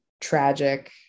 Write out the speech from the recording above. tragic